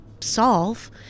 solve